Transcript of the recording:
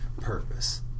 purpose